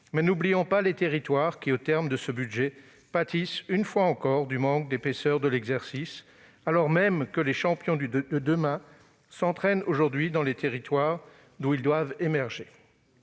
n'oublions pas les territoires, qui pâtissent une fois encore du manque d'épaisseur de l'exercice budgétaire, alors même que les champions de demain s'entraînent aujourd'hui dans les territoires, d'où ils doivent émerger.